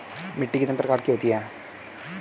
मिट्टी कितने प्रकार की होती हैं?